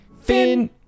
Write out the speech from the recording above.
Finn